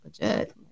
legit